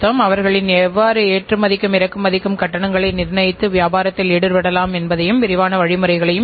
இவ்வாறான ஒழுங்கு முறைப்படுத்தப்பட்ட நியதிகள் இருக்குமேயானால்அவர் சேவை அளிக்கும் நபர் கவனமாக இருப்பார்